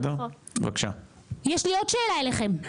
יש לי עוד שאלה אליכם,